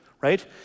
right